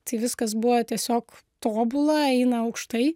tai viskas buvo tiesiog tobula eina aukštai